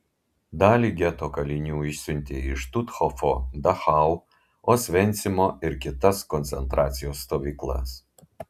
dalį geto kalinių išsiuntė į štuthofo dachau osvencimo ir kitas koncentracijos stovyklas